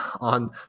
on